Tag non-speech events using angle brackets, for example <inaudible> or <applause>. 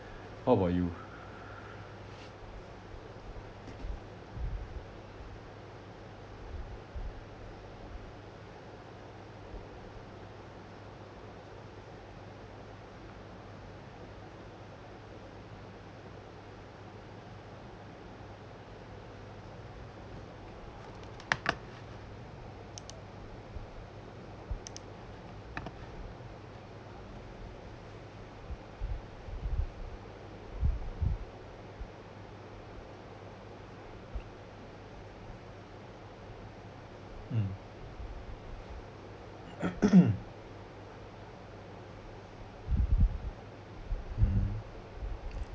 what about you mm <coughs> mm